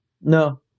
No